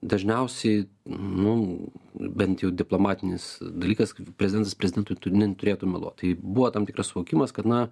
dažniausiai nu bent jau diplomatinis dalykas prezidentas prezidentui tu neturėtų meluot tai buvo tam tikras suvokimas kad na